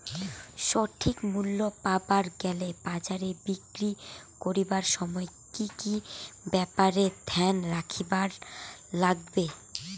সঠিক মূল্য পাবার গেলে বাজারে বিক্রি করিবার সময় কি কি ব্যাপার এ ধ্যান রাখিবার লাগবে?